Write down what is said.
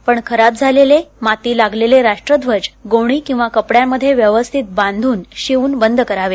पण खराब झालेले माती लागलेले राष्ट्रध्वज गोणी किंवा कपड्यामध्ये व्यवस्थित बाधून शिवून बद करावे